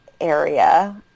area